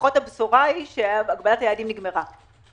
לפחות הבשורה היא שהגבלת היעדים נגמרה.